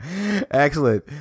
Excellent